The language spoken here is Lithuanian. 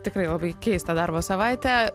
tikrai labai keistą darbo savaitę